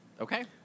Okay